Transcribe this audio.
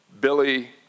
Billy